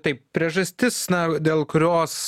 tai priežastis dėl kurios